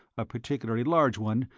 a particularly large one,